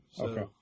Okay